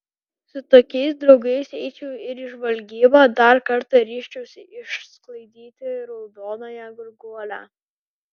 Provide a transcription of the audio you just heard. su tokiais draugais eičiau ir į žvalgybą dar kartą ryžčiausi išsklaidyti raudonąją gurguolę